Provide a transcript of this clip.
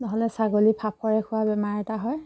নহ'লে ছাগলী ফাপৰে খোৱা বেমাৰ এটা হয়